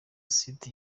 site